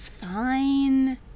fine